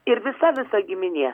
ir visa visa giminė